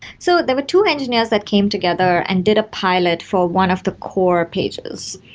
so there were two engineers that came together and did a pilot for one of the core pages,